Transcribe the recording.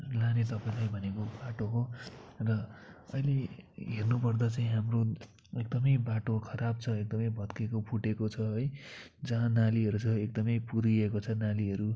लाने तपाईँलाई भनेको बाटो हो र अहिले हेर्नुपर्दा चाहिँ हाम्रो एकदमै बाटो खराब छ एकदमै भत्केको फुटेको छ है जहाँ नालीहरू छ एकदमै पुरिएको छ नालीहरू